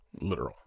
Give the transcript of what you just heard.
literal